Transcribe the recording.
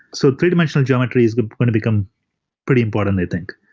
so three-dimensional geometry is going to become pretty important, i think.